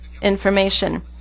information